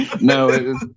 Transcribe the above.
No